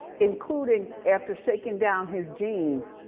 including, after shaking down his jeans,